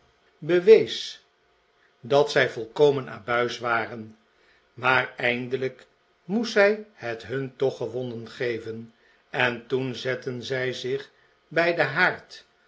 wees dat zij volkomen abuis waren maar eindelijk moest zij het hun toch gewonnen geven en toen zetten zij zich bij den haard